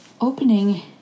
Opening